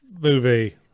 movie